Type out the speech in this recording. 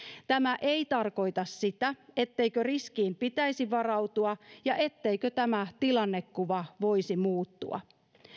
tämä ei tarkoita sitä etteikö riskiin pitäisi varautua ja etteikö tämä tilannekuva voisi muuttua